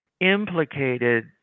implicated